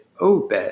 Obed